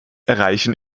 erreichen